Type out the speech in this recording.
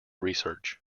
research